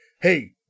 hey